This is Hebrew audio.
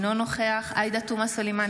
אינו נוכח עאידה תומא סלימאן,